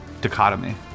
Dichotomy